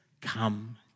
come